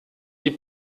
die